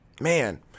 man